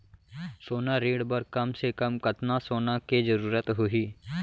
सोना ऋण बर कम से कम कतना सोना के जरूरत होही??